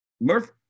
Murph